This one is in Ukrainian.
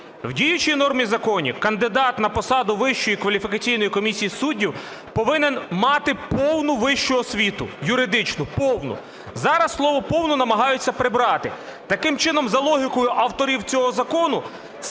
В діючій нормі закону кандидат на посаду Вищої кваліфікаційної комісії суддів повинен мати повну вищу освіту юридичну – повну. Зараз слово "повну" намагаються прибрати. Таким чином, за логікою авторів цього закону,